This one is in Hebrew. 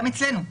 גם אצלנו,